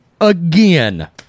again